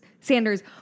Sanders